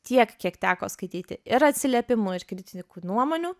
tiek kiek teko skaityti ir atsiliepimų ir kritikų nuomonių